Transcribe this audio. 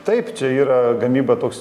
taip čia yra gamyba toks